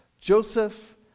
Joseph